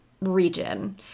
region